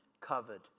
covered